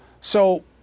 So-